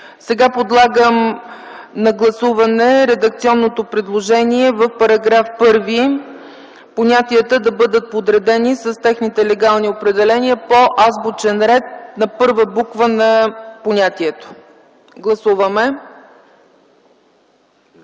Сега подлагам на гласуване редакционното предложение в § 1 понятията да бъдат подредени с техните легални определения по азбучен ред, по първа буква на понятието. Гласували